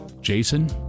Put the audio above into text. Jason